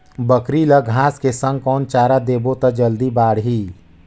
बकरी ल घांस के संग कौन चारा देबो त जल्दी बढाही?